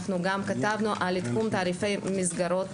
אנחנו גם כתבנו על אבחון תעריפי מסגרות